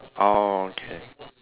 orh okay